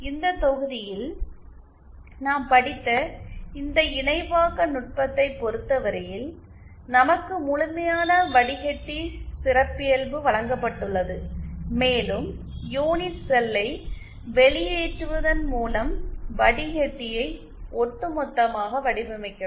இந்த தொகுதியில் நாம் படித்த இந்த இணைவாக்க நுட்பத்தைப் பொறுத்தவரையில் நமக்கு முழுமையான வடிகட்டி சிறப்பியல்பு வழங்கப்பட்டுள்ளது மேலும் யூனிட் செல்லை வெளியேற்றுவதன் மூலம் வடிகட்டியை ஒட்டுமொத்தமாக வடிவமைக்கிறோம்